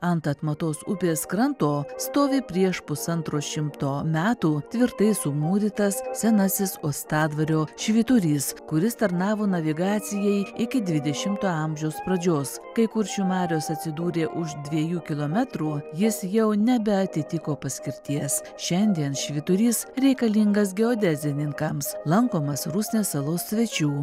ant atmatos upės kranto stovi prieš pusantro šimto metų tvirtai sumūrytas senasis uostadvario švyturys kuris tarnavo navigacijai iki dvidešimto amžiaus pradžios kai kuršių marios atsidūrė už dviejų kilometrų jis jau nebeatitiko paskirties šiandien švyturys reikalingas geodezininkams lankomas rusnės salos svečių